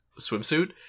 swimsuit